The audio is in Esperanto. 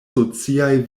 sociaj